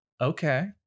okay